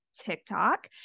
TikTok